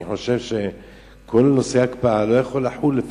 אני חושב שכל נושא ההקפאה לא יכול לחול,